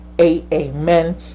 Amen